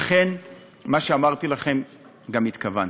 אכן מה שאמרתי לכם גם התכוונתי.